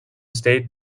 state